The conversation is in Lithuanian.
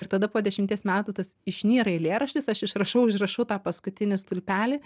ir tada po dešimties metų tas išnyra eilėraštis aš išrašau išrašau tą paskutinį stulpelį